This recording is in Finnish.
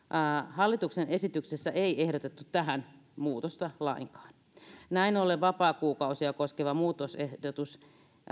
hallituksen esityksessä ei ehdotettu tähän muutosta lainkaan näin ollen vapaakuukausia koskeva muutosehdotus